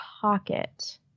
pocket